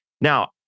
Now